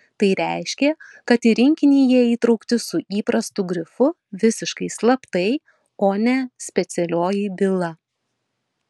tai reiškė kad į rinkinį jie įtraukti su įprastu grifu visiškai slaptai o ne specialioji byla